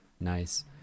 Nice